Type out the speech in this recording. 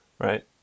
Right